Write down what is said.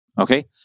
okay